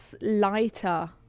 lighter